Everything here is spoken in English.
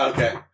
Okay